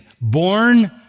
born